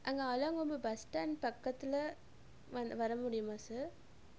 அங்கே Alangombu bus stand பக்கத்தில் வந்து வர முடியுமா சார்